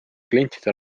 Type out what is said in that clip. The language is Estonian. klientide